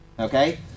okay